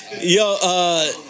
Yo